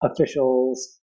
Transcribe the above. officials